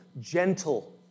Gentle